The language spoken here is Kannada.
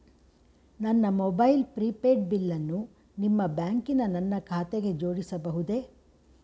ನನ್ನ ಮೊಬೈಲ್ ಪ್ರಿಪೇಡ್ ಬಿಲ್ಲನ್ನು ನಿಮ್ಮ ಬ್ಯಾಂಕಿನ ನನ್ನ ಖಾತೆಗೆ ಜೋಡಿಸಬಹುದೇ?